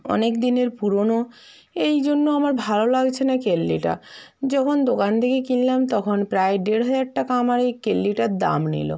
অনেক দিনের পুরোনো এই জন্য আমার ভালো লাগছে না কেটলিটা যখন দোকান থেকে কিনলাম তখন প্রায় ডেড় হাজার টাকা আমার এই কেটলিটার দাম নিলো